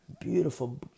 Beautiful